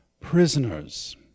prisoners